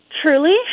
Truly